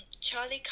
Charlie